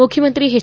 ಮುಖ್ಯಮಂತ್ರಿ ಎಚ್